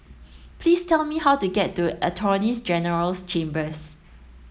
please tell me how to get to Attorneys General's Chambers